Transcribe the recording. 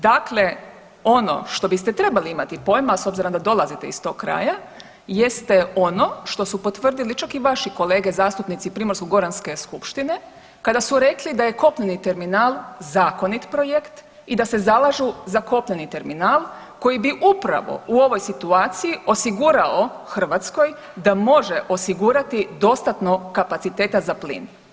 Dakle, ono što biste trebali imati pojma a s obzirom da dolazite iz toga kraja, jeste ono što su potvrdili čak i vaši kolege zastupnici Primorsko-goranske skupštine kada su rekli da je kopneni terminal zakonit projekt i da se zalažu za kopneni terminal koji bi upravo u ovoj situaciji osigurao Hrvatskoj da može osigurati dostatno kapaciteta za plin.